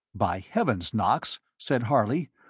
by heavens! knox, said harley,